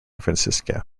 francisco